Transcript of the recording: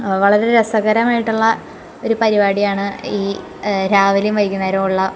വളരെ രസകരമായിട്ടുള്ള ഒരു പരിപാടിയാണ് ഈ രാവിലേം വൈകുന്നേരവുള്ള